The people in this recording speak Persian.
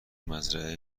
مزرعه